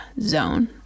zone